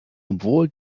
obwohl